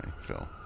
Phil